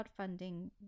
crowdfunding